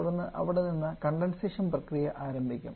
തുടർന്ന് അവിടെ നിന്ന് കണ്ടെൻസേഷൻ പ്രക്രിയ ആരംഭിക്കും